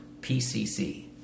PCC